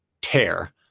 tear